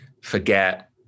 forget